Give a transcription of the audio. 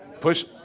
push